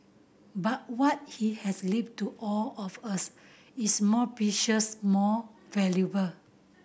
but what he has left to all of us is more precious more valuable